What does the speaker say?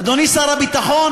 אדוני שר הביטחון,